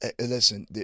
listen